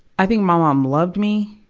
i think my mom loved me.